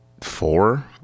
four